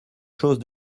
chose